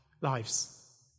lives